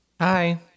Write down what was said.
Hi